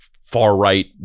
far-right